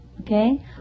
okay